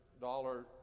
Dollar